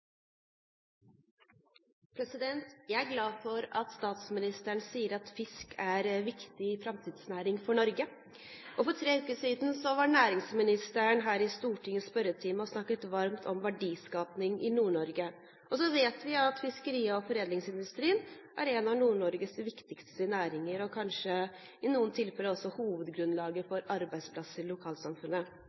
Jeg er glad for at statsministeren sier at fisk er en viktig framtidsnæring for Norge. For tre uker siden var næringsministeren her i Stortingets spørretime og snakket varmt om verdiskaping i Nord-Norge. Vi vet også at fiskeri- og foredlingsindustrien er én av Nord-Norges viktigste næringer – kanskje i noen tilfeller også hovedgrunnlaget for arbeidsplasser i lokalsamfunnet.